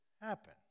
happen